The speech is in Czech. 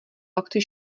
akci